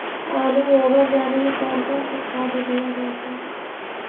आलू ओवर जाने में कौन कौन सा खाद दिया जाता है?